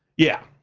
yeah.